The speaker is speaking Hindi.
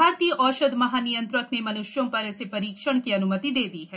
भारतीय औषध महानियंत्रक ने मनुष्यों पर इसके परीक्षण की अन्मति दे दी है